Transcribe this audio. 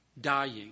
dying